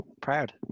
Proud